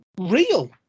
real